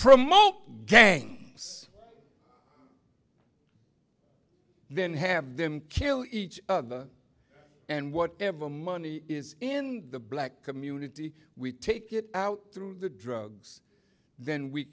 promote gangs then have them kill each other and whatever money is in the black community we take it out through the drugs then we